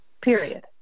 period